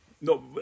No